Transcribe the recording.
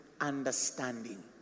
understanding